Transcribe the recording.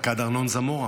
רב-פקד ארנון זמורה,